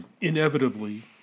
inevitably